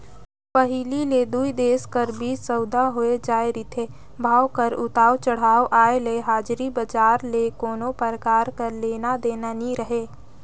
पहिली ले दुई देश कर बीच सउदा होए जाए रिथे, भाव कर उतार चढ़ाव आय ले हाजरी बजार ले कोनो परकार कर लेना देना नी रहें